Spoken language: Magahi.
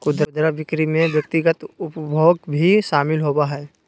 खुदरा बिक्री में व्यक्तिगत उपभोग भी शामिल होबा हइ